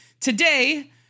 Today